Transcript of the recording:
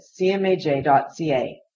cmaj.ca